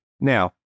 Now